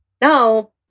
No